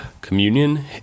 communion